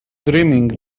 dreaming